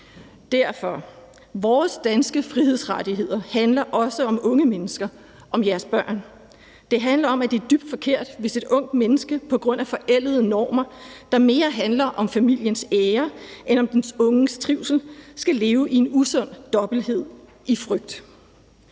Derfor: Vores danske frihedsrettigheder handler også om unge mennesker, om jeres børn. Det handler om, at det er dybt forkert, hvis et ungt menneske på grund af forældede normer, der mere handler om familiens ære end om den unges trivsel, skal leve i en usund dobbelthed i frygt.